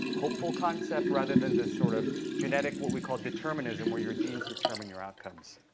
hopeful concept, rather than this sort of genetic what we call determinism, where your genes determine your outcomes.